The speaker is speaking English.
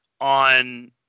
on